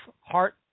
Heart